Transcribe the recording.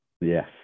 Yes